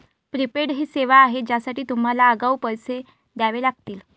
prepaid ही सेवा आहे ज्यासाठी तुम्हाला आगाऊ पैसे द्यावे लागतील